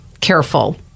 careful